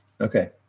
Okay